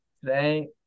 today